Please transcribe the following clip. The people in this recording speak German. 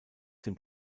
dem